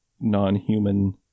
non-human